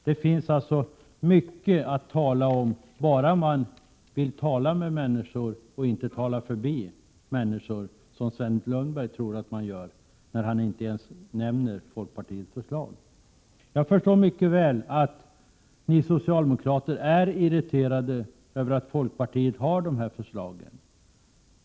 Det finns alltså mycket att tala om bara man vill tala med människor och inte talar förbi dem, som Sven Lundberg tror att han gör när han i den här debatten inte ens nämner folkpartiets förslag. Jag förstår mycket väl att ni socialdemokrater är irriterade över att folkpartiet har lagt fram de här förslagen.